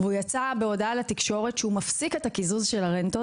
והוא יצא בהודעה לתקשורת שהוא מפסיק את הקיזוז של הרנטות.